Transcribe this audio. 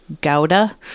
gouda